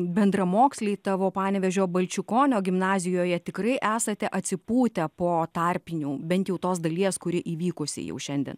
bendramoksliai tavo panevėžio balčikonio gimnazijoje tikrai esate atsipūtę po tarpinių bent jau tos dalies kuri įvykusi jau šiandien